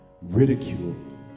ridiculed